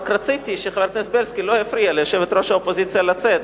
רק רציתי שחבר הכנסת זאב בילסקי לא יפריע ליושבת-ראש האופוזיציה לצאת,